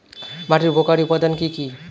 মাটির উপকারী উপাদান কি কি?